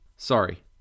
Sorry